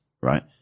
right